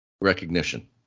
recognition